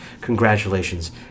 Congratulations